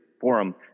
forum